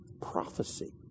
prophecy